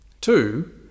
Two